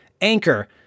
Anchor